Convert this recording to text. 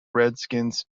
redskins